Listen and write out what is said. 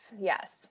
Yes